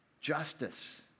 justice